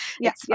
Yes